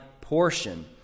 portion